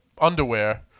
underwear